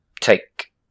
take